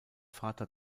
vater